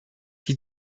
die